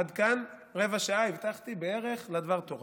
עד כאן רבע שעה שהבטחתי, בערך, לדבר התורה.